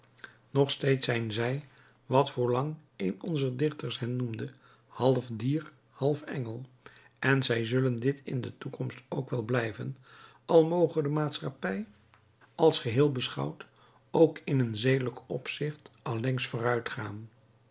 nog steeds zijn zij wat voorlang een onzer dichters hen noemde half dier half engel en zij zullen dit in de toekomst ook wel blijven al moge de maatschappij als geheel beschouwd ook in een zedelijk opzicht